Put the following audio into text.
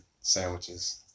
sandwiches